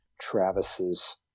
Travis's